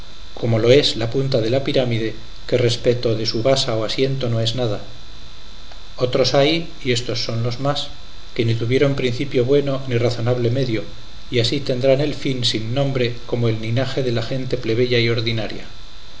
como lo es la punta de la pirámide que respeto de su basa o asiento no es nada otros hay y éstos son los más que ni tuvieron principio bueno ni razonable medio y así tendrán el fin sin nombre como el linaje de la gente plebeya y ordinaria